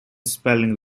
spelling